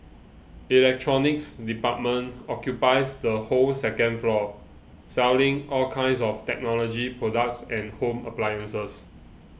electronics department occupies the whole second floor selling all kinds of technology products and home appliances